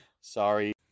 sorry